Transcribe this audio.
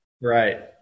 Right